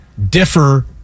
differ